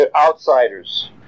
outsiders